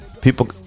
People